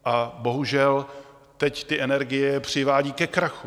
A bohužel teď ty energie je přivádějí ke krachu.